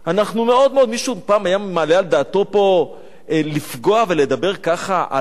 מישהו פעם היה מעלה על דעתו פה לפגוע ולדבר ככה על האוניברסיטאות,